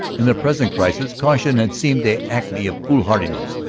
in the present crisis, caution had seemed the acme of foolhardiness.